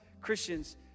Christians